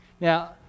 Now